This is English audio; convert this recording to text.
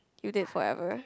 you dead forever